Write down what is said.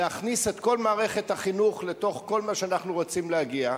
להכניס את כל מערכת החינוך לתוך כל מה שאנחנו רוצים להגיע אליו,